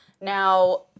Now